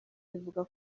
bivuga